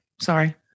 Sorry